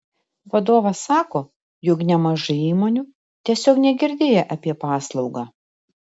vadovas sako jog nemažai įmonių tiesiog negirdėję apie paslaugą